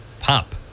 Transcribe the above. POP